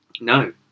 No